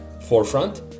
forefront